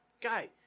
guy